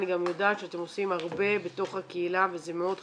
אני גם יודעת שאתם עושים הרבה בתוך הקהילה וזה מאוד חשוב.